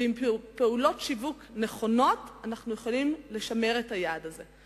ובפעולות שיווק נכונות אנחנו יכולים לשמר את היעד הזה.